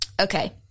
Okay